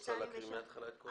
את רוצה להקריא את כל החוק?